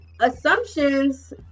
assumptions